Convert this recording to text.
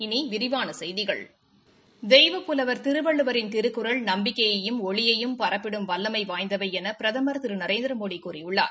இனி விரிவான செய்திகள் தெய்வப்புலவர் திருவள்ளுவரின் எழுத்துக்கள் நம்பிக்கையையும் ஒளிமையும் பரப்பிடும் வல்லமை வாய்ந்தவை என பிரதமர் திரு நரேந்திரமோடி கூறியுள்ளார்